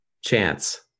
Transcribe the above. chance